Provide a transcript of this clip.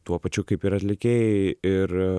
tuo pačiu kaip ir atlikėjai ir